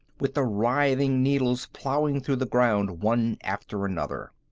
with the writhing needles ploughing through the ground one after another.